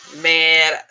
Man